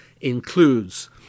includes